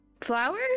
Flower